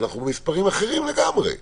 אנחנו במספרים לגמרי.